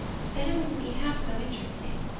but then it wouldn't be half so interesting.